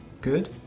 Good